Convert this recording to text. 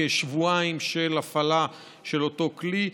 עם כשבועיים של הפעלה של אותו כלי,